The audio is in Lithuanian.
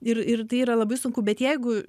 ir ir tai yra labai sunku bet jeigu